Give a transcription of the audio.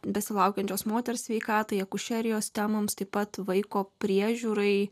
besilaukiančios moters sveikatai akušerijos temoms taip pat vaiko priežiūrai